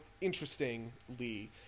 interestingly